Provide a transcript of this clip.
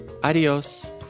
Adios